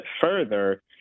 further